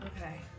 Okay